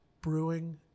Brewing